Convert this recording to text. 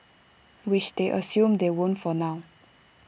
which they assume they won't for now